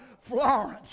Florence